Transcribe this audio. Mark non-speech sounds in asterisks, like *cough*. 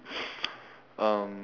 *noise* um